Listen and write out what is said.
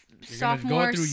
sophomore